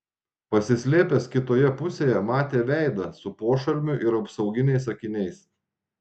pasislėpęs kitoje pusėje matė veidą su pošalmiu ir apsauginiais akiniais